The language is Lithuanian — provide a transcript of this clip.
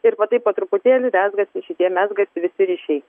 ir va taip po truputėlį rezgasi šitie mezgasi visi ryšiai